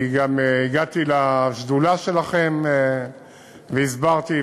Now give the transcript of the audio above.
אני גם הגעתי לשדולה שלכם והסברתי,